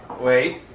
wait,